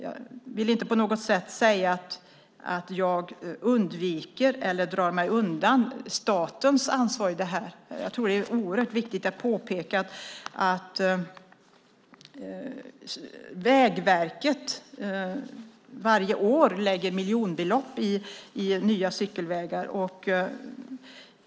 Jag vill inte på något sätt säga att jag undviker eller drar mig undan statens ansvar här. Jag tror att det är oerhört viktigt att påpeka att Vägverket varje år lägger miljonbelopp på nya cykelvägar.